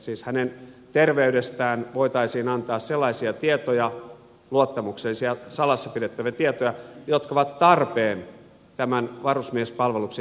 siis hänen terveydestään voitaisiin antaa sellaisia tietoja luottamuksellisia salassa pidettäviä tietoja jotka ovat tarpeen tämän varusmiespalveluksen järjestämistä varten